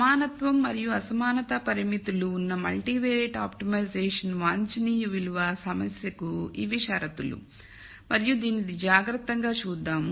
సమానత్వం మరియు అసమానత పరిమితులు ఉన్న మల్టీవియారిట్ ఆప్టిమైజేషన్ వాంఛనీయ విలువ సమస్యకు ఇవి షరతులు మరియు దీనిని జాగ్రత్తగా చూద్దాం